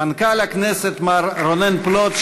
למנכ"ל הכנסת מר רונן פלוט,